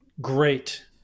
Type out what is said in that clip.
Great